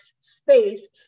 space